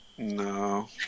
No